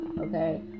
okay